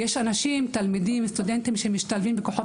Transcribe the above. יש תלמידים וסטודנטים שמשתלבים בכוחות